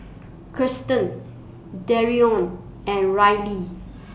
Kiersten Dereon and Ryley